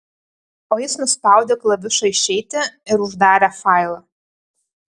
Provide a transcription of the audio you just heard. o jis nuspaudė klavišą išeiti ir uždarė failą